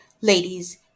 Ladies